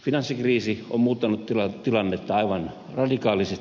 finanssikriisi on muuttanut tilannetta aivan radikaalisti